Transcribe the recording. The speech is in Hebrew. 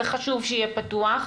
וחשוב שיהיה פתוח,